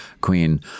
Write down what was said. queen